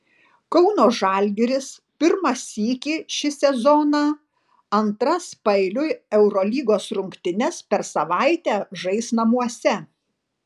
kauno žalgiris pirmą sykį šį sezoną antras paeiliui eurolygos rungtynes per savaitę žais namuose